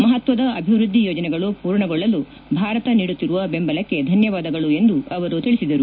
ಮಹತ್ವದ ಅಭಿವೃದ್ಧಿ ಯೋಜನೆಗಳು ಮೂರ್ಣಗೊಳ್ಳಲು ಭಾರತ ನೀಡುತ್ತಿರುವ ಬೆಂಬಲಕ್ಕೆ ಧನ್ಯವಾದಗಳು ಎಂದು ಅವರು ತಿಳಿಸಿದರು